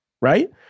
right